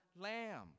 lamb